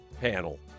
Panel